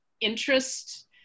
interest